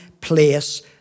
place